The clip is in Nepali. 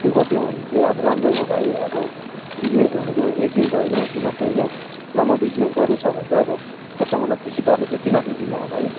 त्यो गरिदियौ भने चाहिँ अब राम्रो हो भाइ अब बिजिनेस भनेको एकदिनको होइन तिमीहरूको होइन लामो बिजिनेस गर्नुछ भने चाहिँ अब कस्टमरलाई खुसी पार्नु चाहिँ तिमीहरूको जिम्मा हो भाइ